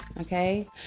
okay